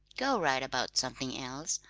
go right about something else.